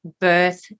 birth